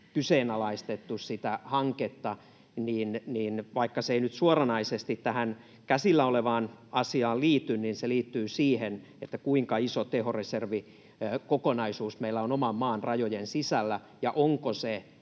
kyseenalaistettu sitä hanketta, ja vaikka se ei nyt suoranaisesti tähän käsillä olevaan asiaan liity, niin se liittyy siihen, kuinka iso tehoreservikokonaisuus meillä on oman maan rajojen sisällä ja onko se